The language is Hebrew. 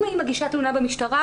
אם היא מגישה תלונה במשטרה,